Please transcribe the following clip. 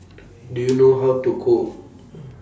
Do YOU know How to Cook